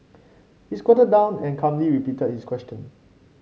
he squatted down and calmly repeated his question